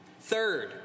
Third